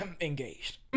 Engaged